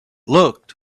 looked